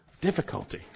Difficulty